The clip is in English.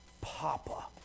Papa